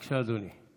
בבקשה, אדוני.